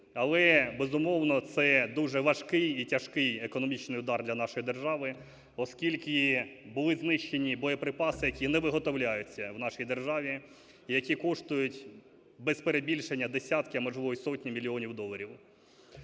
Але, безумовно, це дуже важкий і тяжкий економічний удар для нашої держави, оскільки були знищені боєприпаси, які не виготовляються в нашій державі, які коштують без перебільшення десятки, а можливо, й сотні мільйонів доларів.